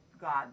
God